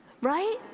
Right